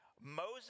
Moses